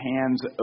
hands